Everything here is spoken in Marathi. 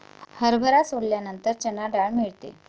हरभरा सोलल्यानंतर चणा डाळ मिळते